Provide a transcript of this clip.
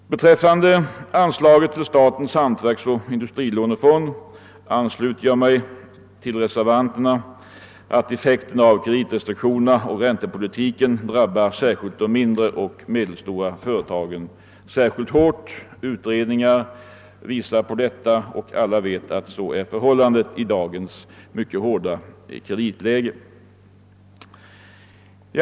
När det gäller anslaget till statens hantverksoch industrilånefond ansluter jag mig till reservanternas uppfattning att effekten av kreditrestriktionerna och kreditpolitiken drabbar de mindre och medelstora företagen särskilt hårt. Det finns utredningar som klarlagt detta, och alla vet att så är förhållandet i dagens hårda kreditläge. Herr talman!